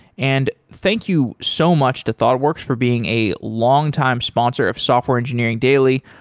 and thank you so much to thoughtworks for being a longtime sponsor of software engineering daily.